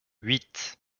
huit